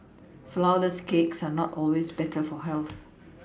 flourless cakes are not always better for health